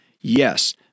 Yes